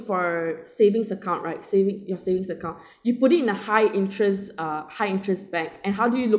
for savings account right saving your savings account you put it in the high interest uh high interest bank and how do you look